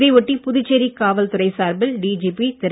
இதை ஒட்டி புதுச்சேரி காவல்துறை சார்பில் டிஜிபி திரு